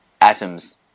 Atom's